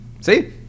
see